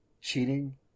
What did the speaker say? cheating